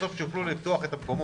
בסוף שיוכלו לפתוח את המקומות.